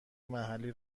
محلی